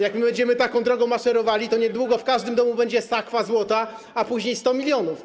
Jak będziemy taką drogą maszerowali, to niedługo w każdym domu będzie sakwa złota, a później 100 mln.